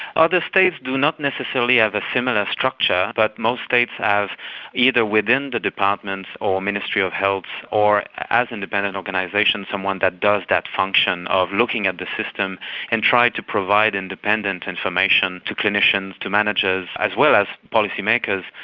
other states do not necessarily have a similar structure, but most states have either within the departments or ministry of health or as independent organisations, someone who does that function of looking at the system and trying to provide independent independent information to clinicians, to managers, as well as policymakers.